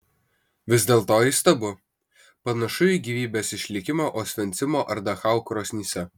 vis dėlto įstabu panašu į gyvybės išlikimą osvencimo ar dachau krosnyse